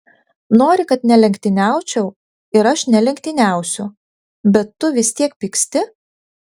nori kad nelenktyniaučiau ir aš nelenktyniausiu bet tu vis tiek pyksti